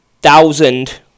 Thousand